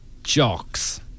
Jocks